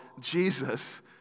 Jesus